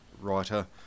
writer